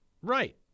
Right